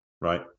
Right